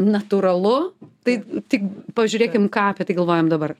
natūralu tai tik pažiūrėkim ką apie tai galvojam dabar